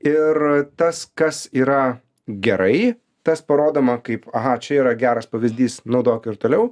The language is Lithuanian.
ir tas kas yra gerai tas parodoma kaip aha čia yra geras pavyzdys naudok ir toliau